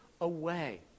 away